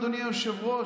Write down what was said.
אדוני היושב-ראש,